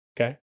Okay